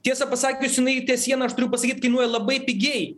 tiesą pasakius jinai tie siena aš turiu pasakyt kainuoja labai pigiai